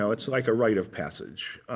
so it's like a rite of passage.